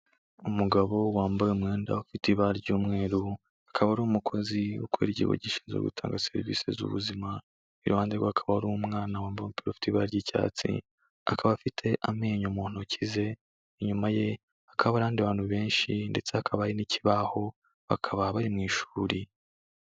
Umugabo wambaye umwenda ufite ibara ry'umweru, akaba ari umukozi ukorera ikigo gishinzwe gutanga serivisi z'ubuzima, iruhande rwe hakaba hari umwana wambaye umupira ufite ibara ry'icyatsi, akaba afite amenyo mu ntoki ze, inyuma ye hakaba hari abandi bantu benshi ndetse hakaba n'ikibaho bakaba bari mu ishuri.